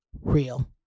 real